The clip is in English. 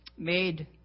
made